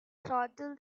throttle